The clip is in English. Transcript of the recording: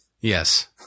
Yes